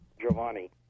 Giovanni